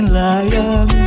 lion